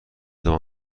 دام